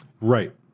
Right